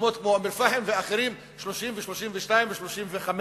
ובמקומות כמו אום-אל-פחם ואחרים, 30% ו-32% ו-35%.